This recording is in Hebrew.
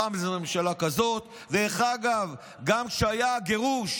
פעם זו ממשלה כזאת דרך אגב, גם כשהיה הגירוש